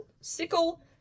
sickle